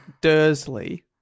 Dursley